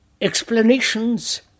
Explanations